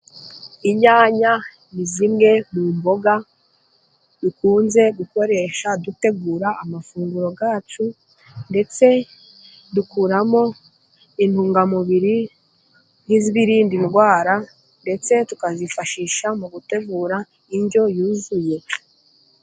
Inyanya ni zimwe mu mboga dukunze gukoresha dutegura amafunguro yacu, ndetse dukuramo intungamubiri nk'izibirinda indwara. Ndetse tukazifashisha mu gutegura indyo yuzuye.